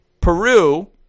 Peru